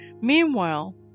Meanwhile